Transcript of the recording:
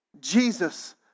Jesus